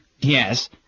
Yes